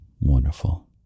wonderful